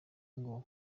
ngo